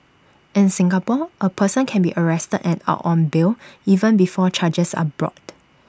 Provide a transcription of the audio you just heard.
in Singapore A person can be arrested and out on bail even before charges are brought